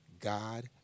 God